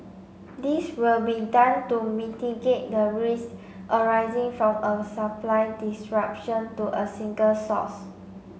this will be done to mitigate the risk arising from a supply disruption to a single source